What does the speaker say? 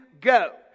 go